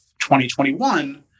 2021